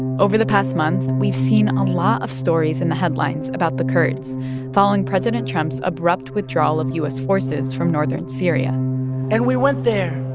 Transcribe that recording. over the past month, we've seen a lot of stories in the headlines about the kurds following president trump's abrupt withdrawal of u s. forces from northern syria and we went there.